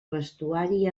vestuari